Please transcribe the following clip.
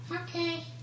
Okay